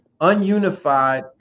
ununified